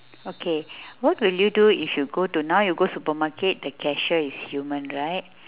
okay what will you do if you go to now you go supermarket the cashier is human right